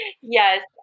Yes